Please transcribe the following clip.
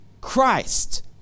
Christ